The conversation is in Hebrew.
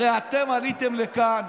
הרי אתם עליתם לכאן,